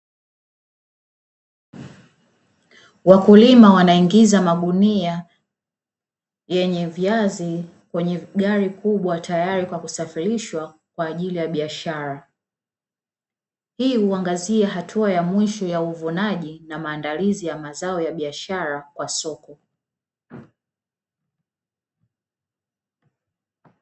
Wakulima wanaingiza magunia yenye viazi kwenye gari kubwa, tayari kwa kusafirishwa kwa ajili ya biashara. Hii huangazia hatua ya mwisho ya uvunaji na maandalizi ya mazao ya biashara kwa soko.